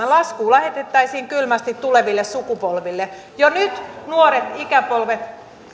lasku lähetettäisiin kylmästi tuleville sukupolville jo nyt nuoret ikäpolvet